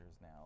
now